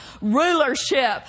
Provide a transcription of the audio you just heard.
rulership